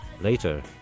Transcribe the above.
Later